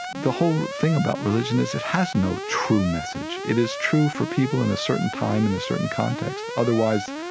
the whole thing about religion is it has no true message. it is true for people in a certain time in a certain context. otherwise,